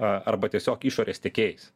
a arba tiesiog išorės tiekėjais